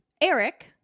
Eric